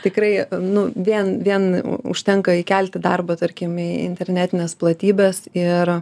tikrai nu vien vien užtenka įkelti darbą tarkim į internetines platybes ir